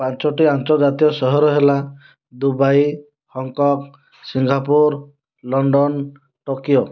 ପାଞ୍ଚୋଟି ଆନ୍ତର୍ଜାତୀୟ ସହର ହେଲା Dubai Hong Kong Singapore London Tokyo